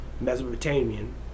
mesopotamian